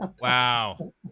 wow